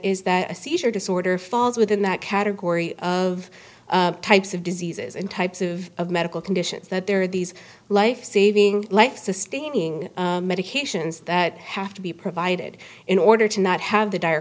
is that a seizure disorder falls within that category of types of diseases and types of medical conditions that there are these life saving life sustaining medications that have to be provided in order to not have the dire